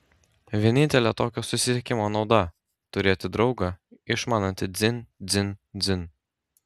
vienintelė tokio susisiekimo nauda turėti draugą išmanantį dzin dzin dzin